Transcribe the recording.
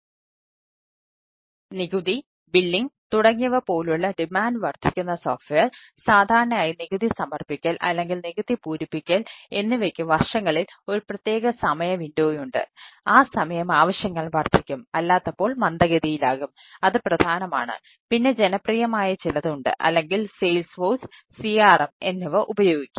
അതിനാൽ നികുതി billing CRM എന്നിവ ഉപയോഗിക്കും